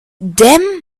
damn